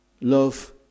Love